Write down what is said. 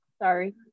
Sorry